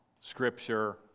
Scripture